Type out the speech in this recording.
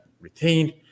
retained